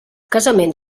casament